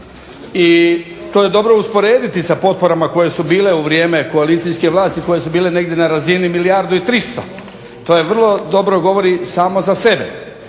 i to je dobro usporediti sa potporama u vrijeme koalicijske vlasti koje su bile negdje na razini milijardi i 300, to vrlo dobro govori samo za sebe.